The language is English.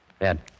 Ed